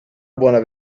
buona